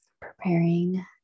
Preparing